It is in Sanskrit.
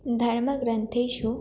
धर्मग्रन्थेषु